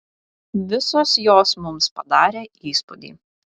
visos jos mums padarė įspūdį